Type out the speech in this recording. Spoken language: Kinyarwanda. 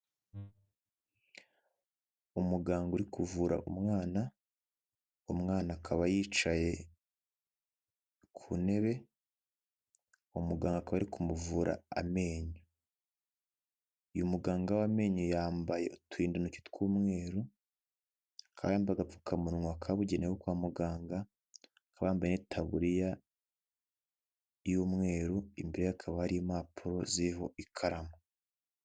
Umuganga uri kuvura umwana, umwana akaba yicaye ku ntebe, umuganga akaba arikumuvura amenyo muganga w'amenyo yambaye uturindantoki tw'umweruakaba yambaye agapfukamunwa kabugenewe kwa muganga, akaba yambaye itaburiya y'umweru, imbere hakaba hari impapuro ziriho ikaramu.